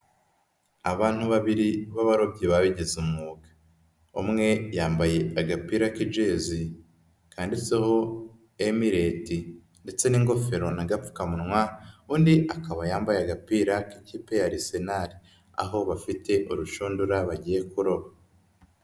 Abantu babiri b'abarobyi babigize umwuga, umwe yambaye agapira k'ijezi kanditseho Emirates ndetse n'ingofero n'agapfukamunwa, undi akaba yambaye agapira k'ikipe ya Arsenal, aho bafite urushundura bagiye kuroba.